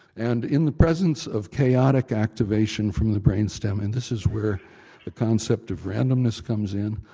and in the presence of chaotic activation from the brain stem, and this is where the concept of randomness comes in,